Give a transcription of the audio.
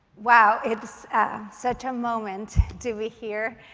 wow, it's such a moment to be here.